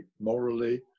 morally